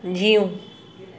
जीउ